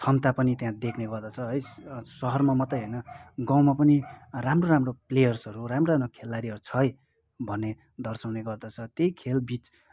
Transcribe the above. क्षमता पनि त्यहाँ देख्ने गर्दछ है सहरमा मात्रै होइन गाउँमा पनि राम्रो राम्रो प्लेयर्सहरू राम्रो राम्रो खेलाडीहरू छ है भन्ने दर्साउने गर्दछ त्यही खेलबिच